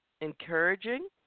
encouraging